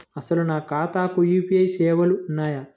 అసలు నా ఖాతాకు యూ.పీ.ఐ సేవలు ఉన్నాయా?